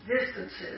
distances